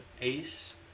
Ace